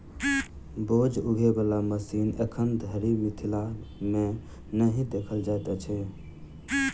बोझ उघै बला मशीन एखन धरि मिथिला मे नहि देखल जाइत अछि